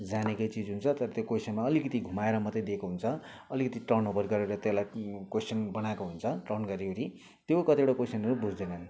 जानेकै चिज हुन्छ तर त्यो कोइसनमा अलिकति घुमाएर मात्रै दिएको हुन्छ अलिकति टर्न ओबर गरेर त्यसलाई कोइसन बनाएको हुन्छ टर्न गरिवरि त्यो कतिवटा कोइसनहरू बुझ्दैनन्